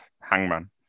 Hangman